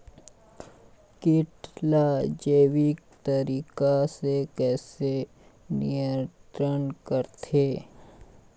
कीट ला जैविक तरीका से कैसे नियंत्रण करथे?